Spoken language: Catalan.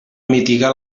mitigar